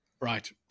Right